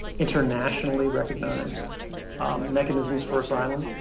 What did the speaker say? internationally recognized mechanisms for asylum,